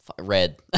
red